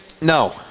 no